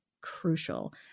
crucial